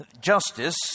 Justice